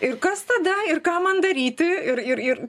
ir kas tada ir ką man daryti ir ir ir